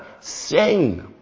Sing